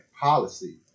policy